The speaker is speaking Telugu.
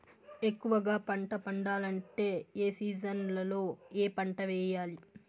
ఎక్కువగా పంట పండాలంటే ఏ సీజన్లలో ఏ పంట వేయాలి